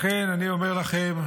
לכן אני אומר לכם,